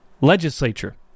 legislature